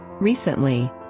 recently